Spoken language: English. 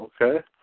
okay